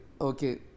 okay